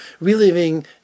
reliving